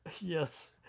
Yes